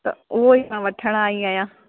त उहो ई मां वठणु आई आहियां